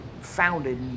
founded